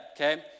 okay